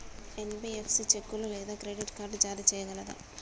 NBFC చెక్కులు లేదా credit card జారీ చేయగలదా?